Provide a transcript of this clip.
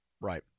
Right